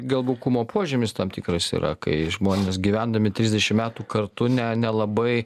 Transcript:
gal bukumo požymis tam tikras yra kai žmonės gyvendami trisdešimt metų kartu ne nelabai